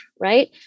right